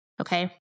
Okay